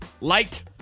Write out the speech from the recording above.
Light